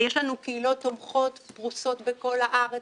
יש לנו קהילות תומכות פרוסות בכל הארץ